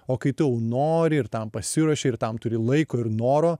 o kai tu jau nori ir tam pasiruoši ir tam turi laiko ir noro